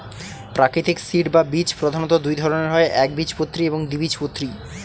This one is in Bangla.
প্রাকৃতিক সিড বা বীজ প্রধানত দুই ধরনের হয় একবীজপত্রী এবং দ্বিবীজপত্রী